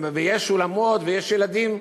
ויש אולמות ויש ילדים,